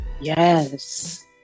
Yes